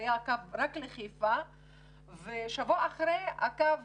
היה קיים רק הקו לחיפה ובשבוע אחרי הקו